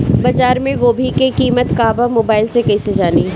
बाजार में गोभी के कीमत का बा मोबाइल से कइसे जानी?